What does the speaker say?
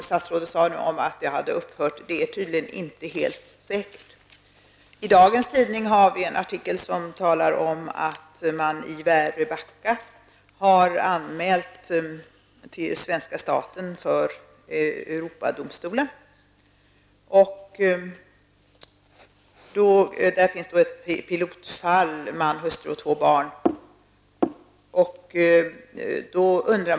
Statsrådet säger att detta har upphört, men det är tydligen inte helt säkert. I dagens tidning finns en artikel där det talas om att man i Väröbacka har anmält svenska staten för Europadomstolen. I den finns ett pilotfall som gäller en man med hustru och två barn.